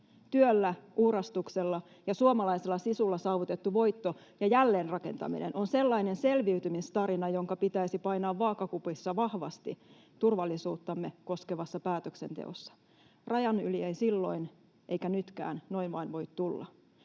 Työllä, uurastuksella ja suomalaisella sisulla saavutettu voitto ja jälleenrakentaminen ovat sellainen selviytymistarina, jonka pitäisi painaa vaakakupissa vahvasti turvallisuuttamme koskevassa päätöksenteossa. Rajan yli ei voinut silloin eikä voi nytkään noin vain tulla.